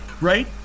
right